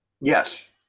Yes